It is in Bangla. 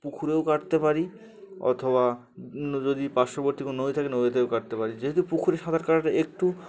পুকুরেও কাটতে পারি অথবা যদি পার্শ্ববর্তী কোনো নদী থাকে নদীতেও কাটতে পারি যেহেতু পুকুরে সাঁতার কাটাটা একটু